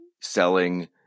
selling